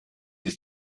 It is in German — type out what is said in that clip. ist